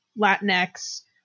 Latinx